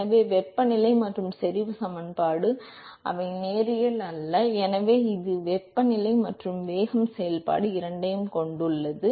எனவே வெப்பநிலை மற்றும் செறிவு சமன்பாடு அவை நேரியல் அல்ல ஏனெனில் அது வெப்பநிலை மற்றும் வேகம் செயல்பாடு இரண்டையும் கொண்டுள்ளது